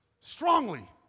strongly